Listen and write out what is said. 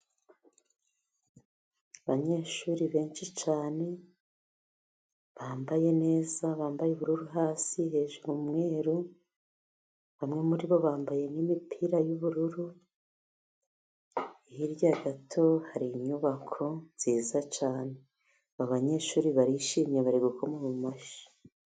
Abanyeshuri benshi cyane bambaye neza, bambaye ubururu hasi hejuru umweru. Bamwe muri bo bambaye n'imipira y'ubururu, hirya gato hari inyubako nziza cyane, abanyeshuri barishimye bari gukoma mu mashyi.